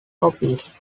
copies